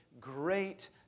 great